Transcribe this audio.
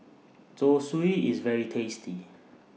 Zosui IS very tasty